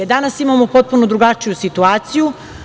Danas imamo potpuno drugačiju situaciju.